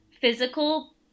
physical